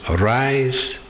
rise